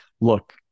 look